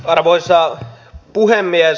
arvoisa puhemies